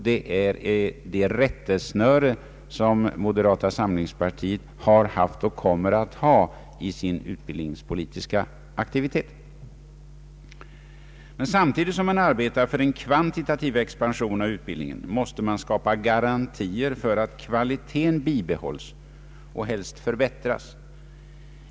Det är det rättesnöre som moderata samlingspartiet har haft och kommer att ha i sin utbildningspolitiska aktivitet. Samtidigt som man arbetar för en kvantitativ expansion av utbildningen måste man emellertid skapa garantier för att kvaliteten bibehålls och helst förbättras.